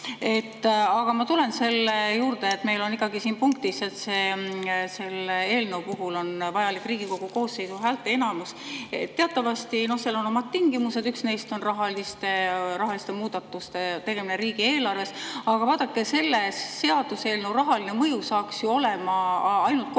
Aga ma tulen selle juurde, et meil on selle eelnõu puhul vajalik Riigikogu koosseisu häälteenamus. Teatavasti seal on omad tingimused ja üks neist on rahaliste muudatuste tegemine riigieelarves. Aga vaadake, selle seaduseelnõu rahaline mõju saaks ju olema ainult kokkuhoid.